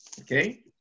okay